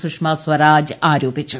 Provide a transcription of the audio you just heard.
Sushma Swaraj ആര്യോപിച്ചു